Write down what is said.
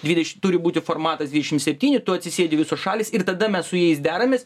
dvidešim turi būti formatas dvidešim septyni tu atsisėdi visos šalys ir tada mes su jais deramės